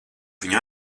viņu